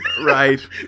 Right